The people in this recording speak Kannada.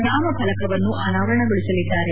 ನಾಮಫಲಕವನ್ನೂ ಅನಾವರಣಗೊಳಿಸಲಿದ್ದಾರೆ